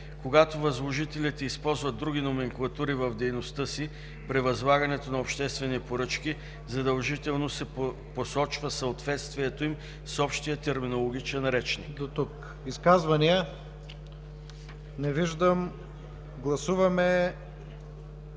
Когато възложителите използват други номенклатури в дейността си, при възлагането на обществени поръчки задължително се посочва съответствието им с Общия терминологичен речник.” ПРЕДСЕДАТЕЛ ИВАН К.